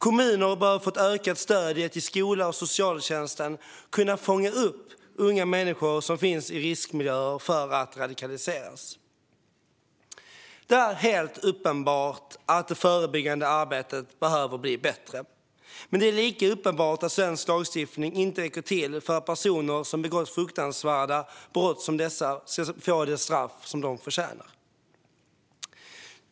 Kommuner behöver få ökat stöd för att i skola och socialtjänst kunna fånga upp unga människor som finns i riskmiljöer för radikalisering. Det är helt uppenbart att det förebyggande arbetet behöver bli bättre. Men det är lika uppenbart att svensk lagstiftning inte räcker till för att personer som begått fruktansvärda brott som dessa ska få de straff som de förtjänar.